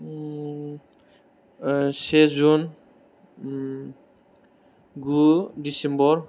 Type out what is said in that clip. से जुन गु डिसेम्बर